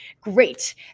Great